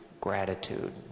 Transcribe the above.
gratitude